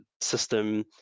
system